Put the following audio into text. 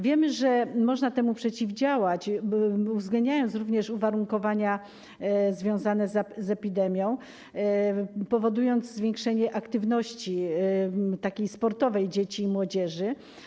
Wiemy, że można temu przeciwdziałać, uwzględniając również uwarunkowania związane z epidemią, powodując zwiększenie aktywności sportowej dzieci i młodzieży.